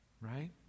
right